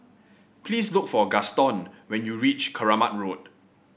please look for Gaston when you reach Keramat Road